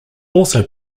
also